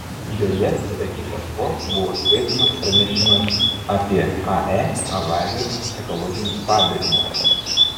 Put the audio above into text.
joje be kita ko buvo skaitomas pranešimas apie ae avarijos psichologinius padarinius